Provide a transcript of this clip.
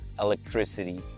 electricity